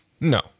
No